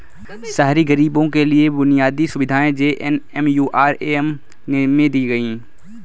शहरी गरीबों के लिए बुनियादी सुविधाएं जे.एन.एम.यू.आर.एम में दी गई